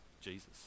jesus